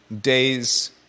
days